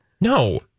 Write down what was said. No